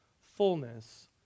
fullness